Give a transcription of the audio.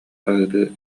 хаһыытыы